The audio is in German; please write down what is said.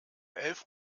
elf